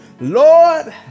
lord